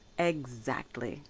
exactly,